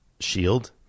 shield